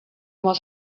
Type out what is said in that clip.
was